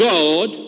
God